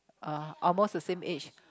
uh almost the same age